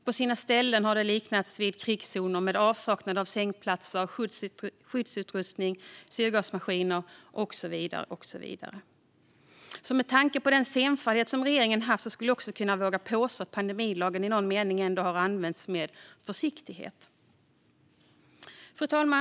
På sina ställen har det liknat krigszoner, med avsaknad av sängplatser, skyddsutrustning, syrgasmaskiner och så vidare. Med tanke på regeringens senfärdighet skulle jag våga påstå att pandemilagen i någon mening ändå har använts med försiktighet. Fru talman!